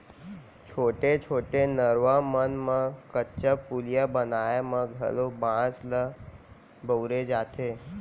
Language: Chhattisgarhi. छोटे छोटे नरूवा मन म कच्चा पुलिया बनाए म घलौ बांस ल बउरे जाथे